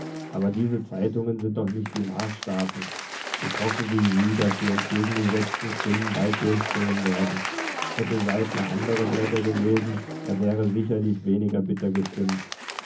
aber diese zeitungen sind doch nicht die marsstaaten ich hoffe wie sie daß die entgegengesetzten stimmen bald durchdringen werden hätte saltner andere blätter gelesen er wäre sicherlich weniger bitter gestimmt